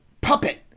puppet